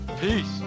Peace